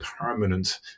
permanent